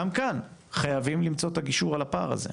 גם כאן חייבים למצוא את הגישור על הפער הזה,